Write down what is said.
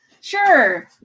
sure